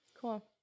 Cool